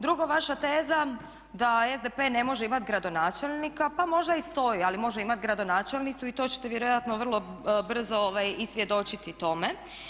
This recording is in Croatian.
Drugo, vaša teza da SDP ne može imati gradonačelnika, pa možda i stoji ali može imati gradonačelnicu i to ćete vjerojatno vrlo brzo i svjedočiti tome.